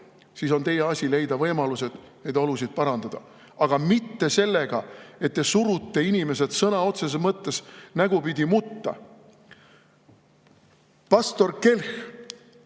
siis on teie asi leida võimalused neid olusid parandada, aga mitte [püüda] sellega [parandada], et te surute inimesed sõna otseses mõttes nägupidi mutta. Pastor Kelch